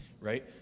right